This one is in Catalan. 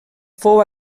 fou